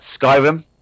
Skyrim